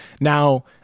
Now